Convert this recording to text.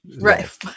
Right